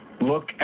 look